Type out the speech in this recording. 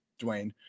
Dwayne